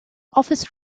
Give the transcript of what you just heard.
office